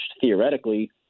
theoretically